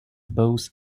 both